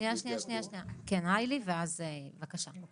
כן היילי, בבקשה.